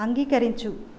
అంగీకరించు